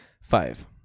Five